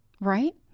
Right